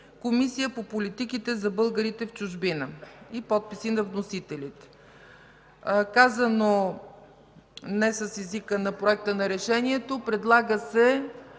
Комисия по политиките за българите в чужбина.” Следват подписите на вносителите. Казано не с езика на Проекта за решението, предлага се